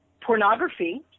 Pornography